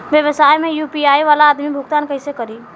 व्यवसाय में यू.पी.आई वाला आदमी भुगतान कइसे करीं?